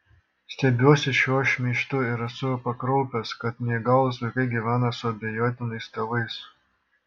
stebiuosi šiuo šmeižtu ir esu pakraupęs kad neįgalūs vaikai gyvena su abejotinais tėvais